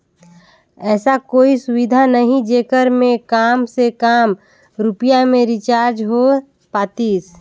ऐसा कोई सुविधा नहीं जेकर मे काम से काम रुपिया मे रिचार्ज हो पातीस?